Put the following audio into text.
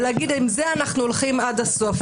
ולהגיד: עם זה אנחנו הולכים עד הסוף?